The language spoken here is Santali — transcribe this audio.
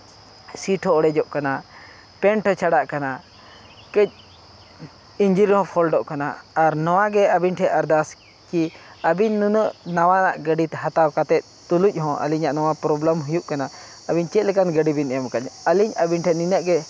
ᱥᱤᱴ ᱦᱚᱸ ᱚᱬᱮᱡᱚᱜ ᱠᱟᱱᱟ ᱯᱮᱱᱴ ᱦᱚᱸ ᱪᱷᱟᱲᱟᱜ ᱠᱟᱱᱟ ᱠᱟᱹᱡ ᱤᱧᱡᱤᱱ ᱨᱮ ᱦᱚᱸ ᱯᱷᱳᱞᱴᱚᱜ ᱠᱟᱱᱟ ᱟᱨ ᱱᱚᱣᱟ ᱜᱮ ᱟᱹᱵᱤᱱ ᱴᱷᱮᱱ ᱟᱨᱫᱟᱥ ᱠᱤ ᱟᱹᱵᱤᱱ ᱱᱩᱱᱟᱹᱜ ᱱᱟᱣᱟᱱᱟᱜ ᱜᱟᱹᱰᱤ ᱦᱟᱛᱟᱣ ᱠᱟᱛᱮᱫ ᱛᱩᱞᱩᱡ ᱦᱚᱸ ᱟᱹᱞᱤᱧᱟᱜ ᱱᱚᱣᱟ ᱯᱨᱚᱵᱞᱮᱢ ᱦᱩᱭᱩᱜ ᱠᱟᱱᱟ ᱟᱹᱵᱤᱱ ᱪᱮᱫ ᱞᱮᱠᱟᱱ ᱜᱟᱹᱰᱤ ᱵᱤᱱ ᱮᱢ ᱟᱠᱟᱫ ᱞᱤᱧᱟᱹ ᱟᱹᱞᱤᱧ ᱟᱹᱵᱤᱱ ᱴᱷᱮᱱ ᱱᱤᱱᱟᱹᱜ ᱜᱮ